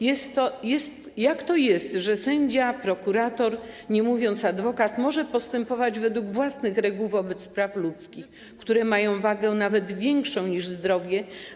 Jak to jest, że sędzia, prokurator, nie mówiąc o adwokacie, może postępować według własnych reguł wobec spraw ludzkich, które mają wagę nawet większą niż zdrowie?